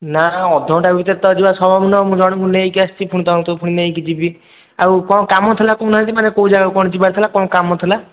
ନା ଅଧଘଣ୍ଟା ଭିତରେ ତ ଯିବା ସମ୍ଭବ ନୁହଁ ମୁଁ ଜଣକୁ ନେଇକି ଆସିଛି ପୁଣି ତାଙ୍କୁ ତ ପୁଣି ନେଇକି ଯିବି ଆଉ କ'ଣ କାମଥିଲା କହୁନାହାନ୍ତି ମାନେ କେଉଁ ଜାଗାକୁ କ'ଣ ଯିବାର ଥିଲା କ'ଣ କାମ ଥିଲା